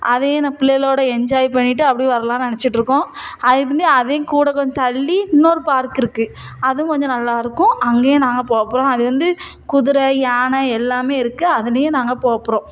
அதையும் நான் பிள்ளைகளோட என்ஜாய் பண்ணிட்டு அப்படி வரலாம்னு நினைச்சிட்டு இருக்கோம் அது வந்து அதையும் கூட கொஞ்சம் தள்ளி இன்னோரு பார்க்கு இருக்குது அதுவும் கொஞ்சம் நல்லா இருக்கும் அங்கேயும் நாங்கள் போப் போகிறோம் அது வந்து குதுரை யானை எல்லாம் இருக்குது அதுலேயும் நாங்கள் போக போகிறோம்